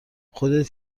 خودت